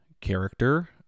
character